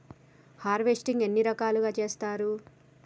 Harvesting ఎన్ని రకాలుగా చేస్తరు?